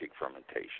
fermentation